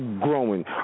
growing